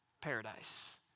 Paradise